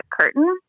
curtain